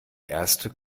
erst